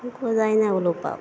जायना उलोवपाक